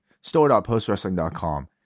Store.postwrestling.com